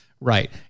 Right